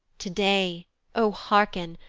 to-day, o hearken,